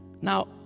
Now